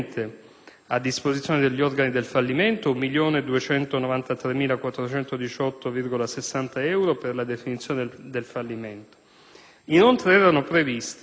a disposizione degli organi del fallimento 1.293.418,60 euro per la definizione del fallimento. Inoltre, erano previsti: